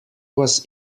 was